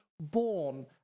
born